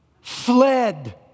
fled